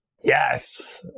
Yes